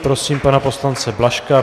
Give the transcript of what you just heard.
Prosím pana poslance Blažka.